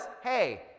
hey